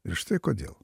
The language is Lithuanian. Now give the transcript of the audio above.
ir štai kodėl